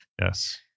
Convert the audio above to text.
Yes